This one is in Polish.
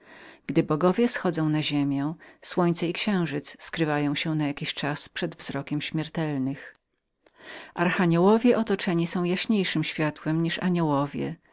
gdy bogowie schodzą na ziemię słońce i księżyc skrywają się na jakiś czas przed wzrokiem śmiertelnych archaniołowie otoczeni są jaśniejszem światłem niż aniołowie